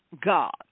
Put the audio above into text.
God